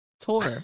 Tour